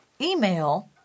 email